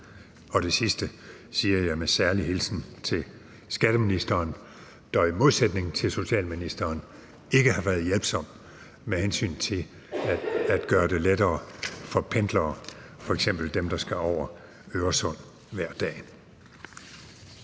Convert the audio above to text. Og det sidste siger jeg med særlig hilsen til skatteministeren, der i modsætning til socialministeren ikke har været hjælpsom med hensyn til at gøre det lettere for pendlere, f.eks. dem, der skal over Øresund hver dag.